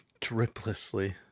Driplessly